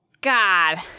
God